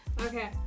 Okay